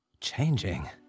...changing